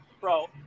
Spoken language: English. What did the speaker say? bro